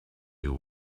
you